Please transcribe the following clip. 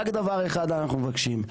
רק דבר אחד אנחנו מבקשים,